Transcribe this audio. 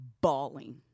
bawling